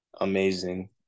amazing